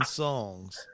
songs